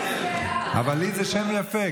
ואליד זה שם יפה.